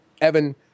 Evan